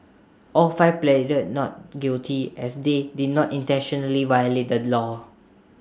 all five pleaded not guilty as they did not intentionally violate the law